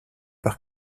par